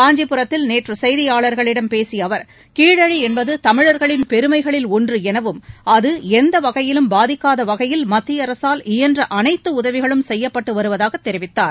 காஞ்சிபுரத்தில் நேற்று செய்தியாளர்களிடம் பேசிய அவர் கீழடி என்பது தமிழர்களின் பெருமைகளில் ஒன்று எனவும் அது எந்த வகையிலும் பாதிக்காத வகையில் மத்திய அரசால் இயன்ற அனைத்து உதவிகளும் செய்யப்பட்டு வருவதாகத் தெரிவித்தார்